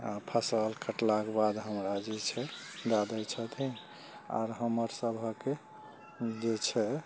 आ फसल कटलाक बाद हमरा जे छै दए दै छथिन आर हमर सभके जे छै